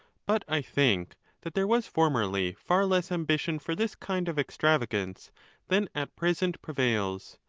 but i think that there was formerly far less ambition for this kind of extravagance than at present pre vails,